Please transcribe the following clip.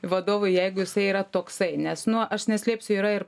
vadovui jeigu jisai yra toksai nes nu aš neslėpsiu yra ir